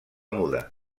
muda